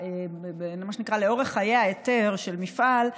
מה שנקרא לאורך חיי ההיתר של מפעל,